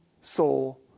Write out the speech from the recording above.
soul